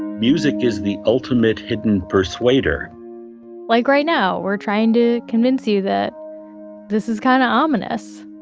music is the ultimate hidden persuader like right now we're trying to convince you that this is kinda ominous